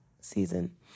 season